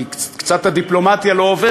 כי הדיפלומטיה קצת לא עובדת.